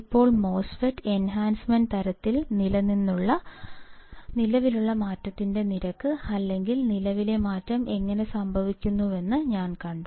ഇപ്പോൾ MOSFET enhancement തരത്തിൽ നിലവിലുള്ള മാറ്റത്തിന്റെ നിരക്ക് അല്ലെങ്കിൽ നിലവിലെ മാറ്റം എങ്ങനെ സംഭവിക്കുന്നുവെന്ന് ഞാൻ കണ്ടു